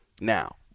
Now